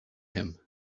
him